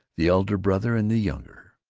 the elder brother and the younger.